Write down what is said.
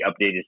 updated